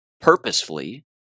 purposefully